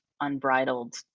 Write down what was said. unbridled